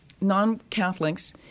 non-Catholics